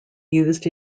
used